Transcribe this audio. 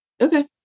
Okay